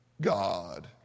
God